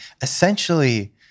essentially